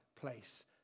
place